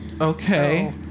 Okay